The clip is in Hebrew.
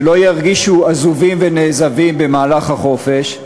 שהם לא ירגישו עזובים ונעזבים במהלך החופש,